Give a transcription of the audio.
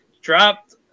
dropped